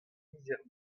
lizher